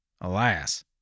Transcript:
Alas